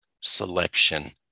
selection